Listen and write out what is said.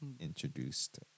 introduced